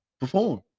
perform